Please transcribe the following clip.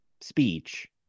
speech